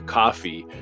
coffee